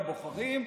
לבוחרים,